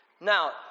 Now